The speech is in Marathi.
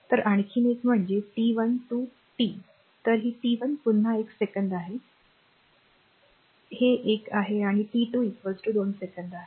तर आणखी एक म्हणजे टी 1 टू टी तर टी 1 पुन्हा एक सेकंद आहे हे एक आहे आणि टी 2 सेकंद आहे